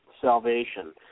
Salvation